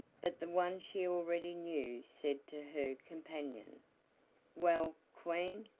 but the one she already knew said to her companion well, queen,